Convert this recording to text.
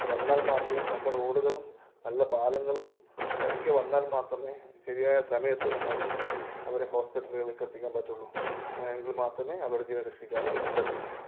വന്നാൽ മാത്രമേ നല്ല റോഡുകളും നല്ല പാലങ്ങളും ഒക്കെ വന്നാൽ മാത്രമേ ശരിയായ സമയത്ത് നമ്മൾക്ക് അവരെ ഹോസ്പിറ്റലുകളിൽ എത്തിക്കാൻ പറ്റുകയുള്ളു അങ്ങനെയാണെങ്കിൽ മാത്രമേ അവരുടെ ജീവൻ രക്ഷിക്കാനും നമുക്ക് പറ്റുകയുള്ളൂ